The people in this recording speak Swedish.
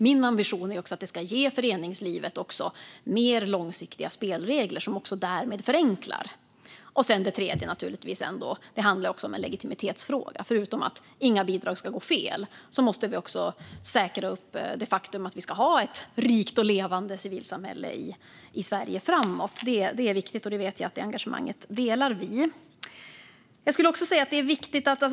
Min ambition är även att det ska ge föreningslivet mer långsiktiga spelregler, som därmed förenklar. Sedan är det naturligtvis en legitimitetsfråga. Förutom att inga bidrag ska gå fel måste vi säkra det faktum att vi ska ha ett rikt och levande civilsamhälle i Sverige framåt. Det är viktigt, och jag vet att vi delar det engagemanget.